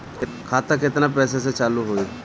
खाता केतना पैसा से चालु होई?